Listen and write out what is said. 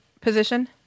position